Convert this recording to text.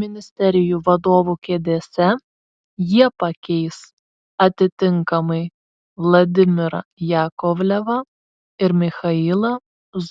ministerijų vadovų kėdėse jie pakeis atitinkamai vladimirą jakovlevą ir michailą